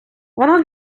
воно